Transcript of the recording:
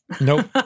Nope